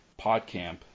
PodCamp